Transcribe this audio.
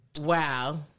Wow